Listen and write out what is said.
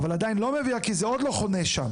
אבל עדיין לא מביאה כי זה עוד לא חונה שם,